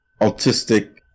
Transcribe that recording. autistic